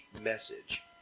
Message